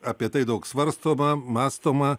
apie tai daug svarstoma mąstoma